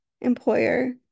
employer